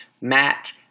Matt